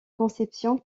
conception